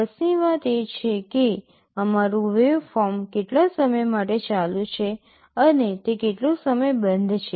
રસની વાત એ છે કે અમારું વેવફોર્મ કેટલા સમય માટે ચાલુ છે અને તે કેટલો સમય બંધ છે